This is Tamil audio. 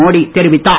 மோடி தெரிவித்தார்